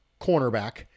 cornerback